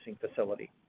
facility